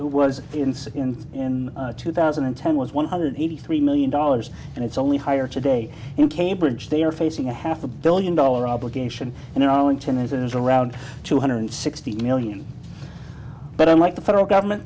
was in in in two thousand and ten was one hundred eighty three million dollars and it's only higher today in cambridge they are facing a half a billion dollar obligation in arlington as it is around two hundred sixty million but unlike the federal government